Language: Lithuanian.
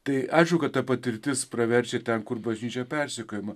tai aišku kad ta patirtis praverčia ten kur bažnyčia persekiojama